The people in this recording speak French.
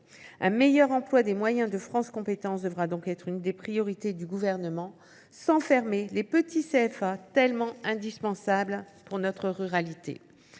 un meilleur emploi des moyens de France Compétences devra donc être l’une des priorités du Gouvernement, sans que soient fermés les petits CFA, si indispensables pour notre ruralité.